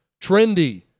trendy